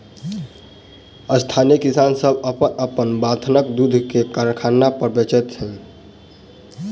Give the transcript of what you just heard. स्थानीय किसान सभ अपन अपन बथानक दूध के कारखाना पर बेचैत छथि